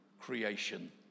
creation